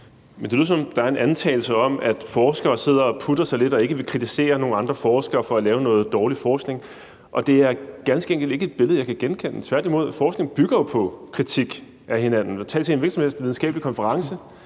Det lyder, som om der er en antagelse om, at forskere sidder og putter sig lidt og ikke vil kritisere nogen andre forskere for at lave noget dårlig forskning, og det er ganske enkelt ikke et billede, jeg kan genkende. Tværtimod bygger forskning jo på kritik af hinanden. Tag til en hvilken som helst videnskabelig konference,